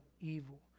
evil